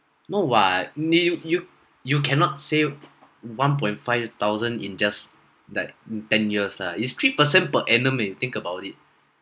no what need you you cannot say one point five thousand in just that in ten years lah is three percent per annum eh you think about it